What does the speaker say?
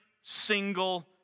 single